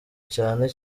cyane